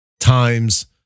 Times